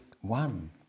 one